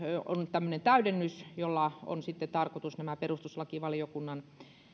on nyt tämmöinen täydennys jolla on sitten tarkoitus nämä perustuslakivaliokunnan